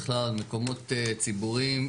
בכלל על מקומות ציבוריים.